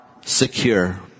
secure